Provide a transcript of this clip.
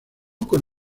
con